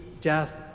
death